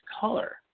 color